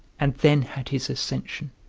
and then had his ascension.